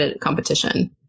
competition